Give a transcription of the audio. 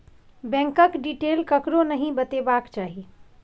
बैंकक डिटेल ककरो नहि बतेबाक चाही